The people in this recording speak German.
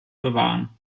bewahren